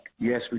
yes